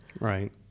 right